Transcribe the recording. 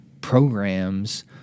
programs